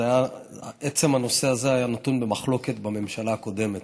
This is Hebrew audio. עצם הנושא הזה היה נתון במחלוקת בממשלה הקודמת.